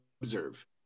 observe